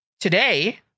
today